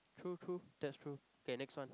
true true that's true okay next one